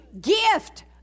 gift